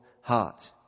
heart